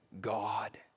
God